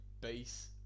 base